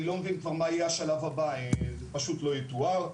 אני לא יודע מה יהיה השלב הבא, זה פשוט לא יתואר.